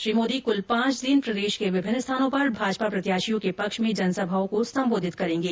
श्री मोदी कुल पांच दिन प्रदेश के विभिन्न स्थानों पर भाजपा प्रत्याशियों के पक्ष में जनसभाओं को सम्बोधित करेंगे